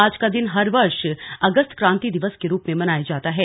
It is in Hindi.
आज का दिन हर वर्ष अगस्त क्रांति दिवस के रूप में मनाया जाता है